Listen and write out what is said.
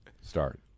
start